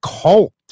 cult